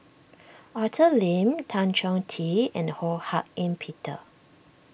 Arthur Lim Tan Chong Tee and Ho Hak Ean Peter